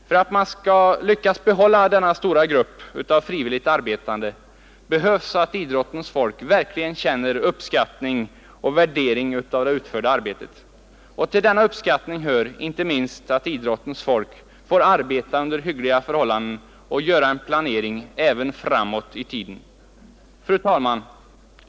För att man skall lyckas behålla denna stora grupp av frivilligt arbetande är det nödvändigt att idrottens folk verkligen känner uppskattning och värdering av det utförda arbetet. Och till denna uppskattning hör inte minst att idrottens folk får ekonomisk möjlighet att arbeta under hyggliga förhållanden och göra en säkrare planering även framåt i tiden. Fru talman!